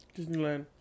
Disneyland